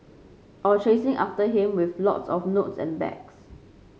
or chasing after him with lots of notes and bags